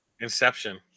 Inception